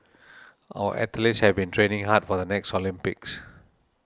our athletes have been training hard for the next Olympics